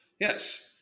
Yes